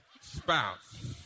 spouse